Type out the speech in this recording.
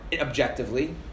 objectively